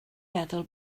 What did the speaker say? meddwl